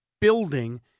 building